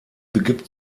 begibt